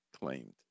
claimed